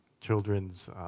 Children's